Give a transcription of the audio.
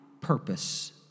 purpose